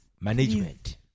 Management